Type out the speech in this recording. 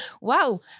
wow